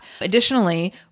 Additionally